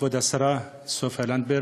כבוד השרה סופה לנדבר,